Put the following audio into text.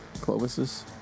Clovis's